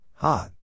Hot